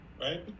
right